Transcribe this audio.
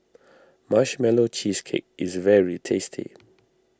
Marshmallow Cheesecake is very tasty